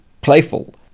playful